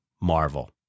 Marvel